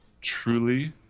truly